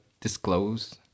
disclose